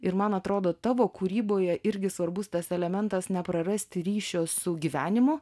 ir man atrodo tavo kūryboje irgi svarbus tas elementas neprarasti ryšio su gyvenimu